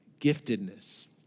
giftedness